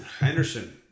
Anderson